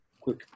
quick